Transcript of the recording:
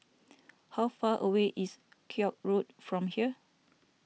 how far away is Koek Road from here